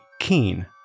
Keen